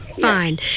fine